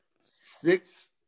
six